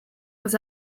was